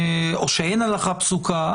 או אין הלכה פסוקה,